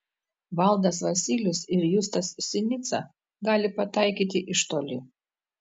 valdas vasylius ir justas sinica gali pataikyti iš toli